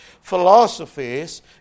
philosophies